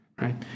right